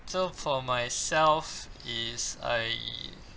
so for myself is I